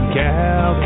cow